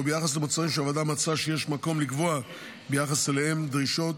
או ביחס למוצרים שהוועדה מצאה שיש מקום לקבוע ביחס אליהם דרישות